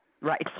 Right